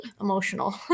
emotional